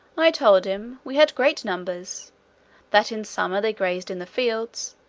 i told him, we had great numbers that in summer they grazed in the fields,